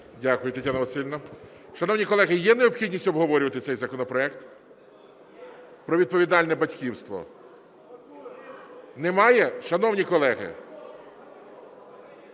Дякую, Тетяна Василівна. Шановні колеги, є необхідність обговорювати цей законопроект? Про відповідальне батьківство. Немає? Шановні колеги,